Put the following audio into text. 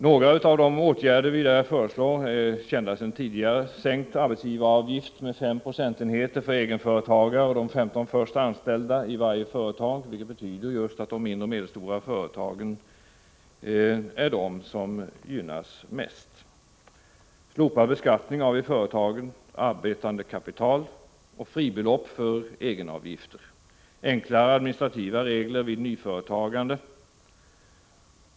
Några av de åtgärder som vi föreslår är kända sedan tidigare: sänkt arbetsgivaravgift med 5 procentenheter för egenföretagare och de 15 först anställda i varje företag, vilket betyder att de mindre och medelstora företagen gynnas mest. Vidare gäller det slopad beskattning av i företagen arbetande kapital och fribelopp för egenavgifter. Vi föreslår enklare administrativa regler vid nyföretagande.